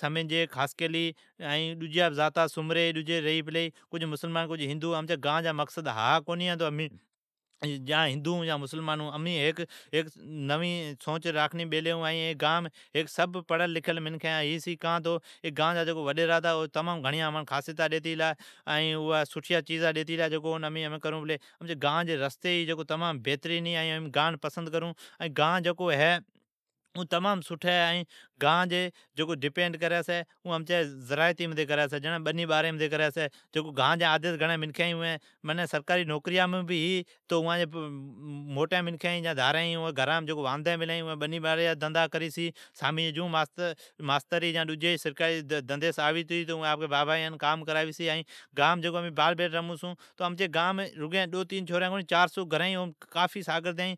سمیجی خاصکیلی، ائین کجھ سومری بھی ریئی پلی، کجھ ھندو کجھ مسلمان امچی گان ایون کونی ڈیکھی چھی، امین ہندون ہون یا مسلمان ہون ۔ ھیک نوین سوچ راکھنی بیلی ھون کان تو ای گان جا جکو وڈیرا ہے او امان گھڑیان خاصیتا ڈیتی گلا جکو ھمین امین کرون پلی۔ امچی گان جی جکو رستی ھی اوی تمام بھترین ھی، گان پسید کرون چھون ۔ ائین امچی گان زراعتی بر ڈپینڈ کری چھی بنی باری مٹھی۔ گان جین آدھین منکھین سرکاری نوکریام ھی تو اوان جی گھران جی جکو موٹین منکھین ھی جکو واندھی بیلی ھی اوین بنی باری جا دھندھا کری چھی۔ ائین جکو ماستر ھی یا ڈجی ھی اوی آوی چھگی آپکی بابین دھندھا کراوی چھی۔ ائین امین جکو امچی گانم چار پانچ سو گھرین ھی اون ساگردین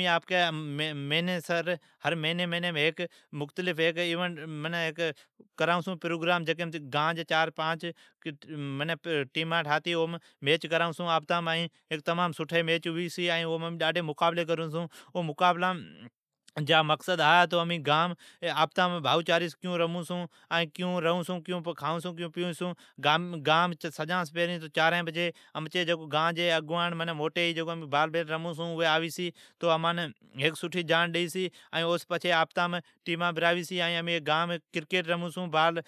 ھی ائین امین سبھ بھیڑی ھتی ھر مھینی سر مھینی ھیک پروگرام کرائون چھون۔ اوم گان جیا چار پانچ ٹیمان ٹھاتی امین اپتمان مقابلی کرون چھون او جا مقصد ھا ہے تو امین گانم بھائو چاری سون کیون ریئون چھون کیون کھائون چھون کیون پیون چھون۔ سجا سون پھرین چارھن بجی امچی گان جی جکو موٹی ھوی چھی اوی اٹھو بھیڑی ھوی چھی ائین امان سٹھی جاڑ ڈیئی چھین ائین امین ای گام کرکیٹ رمون چھون بال